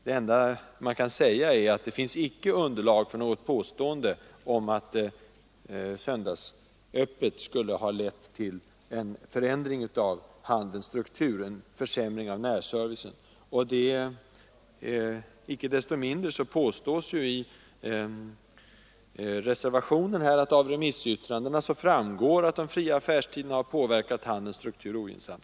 Det enda man kan säga är att det icke finns underlag för något påstående om att söndagsöppet skulle ha lett till en förändring av handelns struktur, en försämring av närservicen. Icke desto mindre påstår man i reservationen att det av remissyttrandena framgår att de fria affärstiderna har påverkat handelns struktur ogynnsamt.